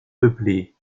peuplé